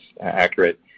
accurate